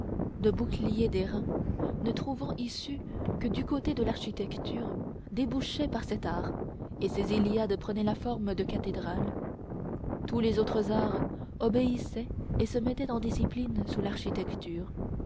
de boucliers d'airain ne trouvant issue que du côté de l'architecture débouchait par cet art et ses iliades prenaient la forme de cathédrales tous les autres arts obéissaient et se mettaient en discipline sous l'architecture